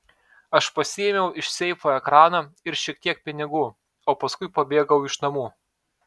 aš pasiėmiau iš seifo ekraną ir šiek tiek pinigų o paskui pabėgau iš namų